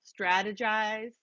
strategize